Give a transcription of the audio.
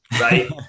right